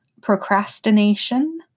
procrastination